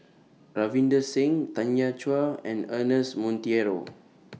Ravinder Singh Tanya Chua and Ernest Monteiro